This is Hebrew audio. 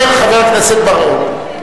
חבר הכנסת רותם,